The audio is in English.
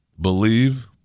believe